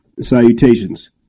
Salutations